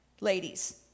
Ladies